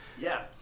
Yes